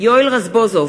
יואל רזבוזוב,